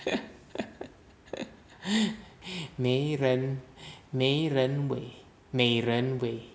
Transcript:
没人没人尾美人尾